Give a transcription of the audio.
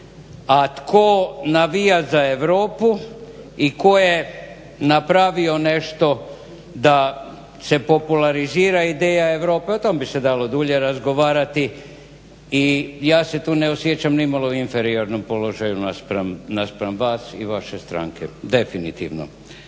a tko navija za Europu i tko je napravio nešto da se popularizira ideja Europe. O tom bi se dalo dulje razgovarati i ja se tu ne osjećam ni malo u inferiornom položaju naspram vas i vaše stranke, definitivno.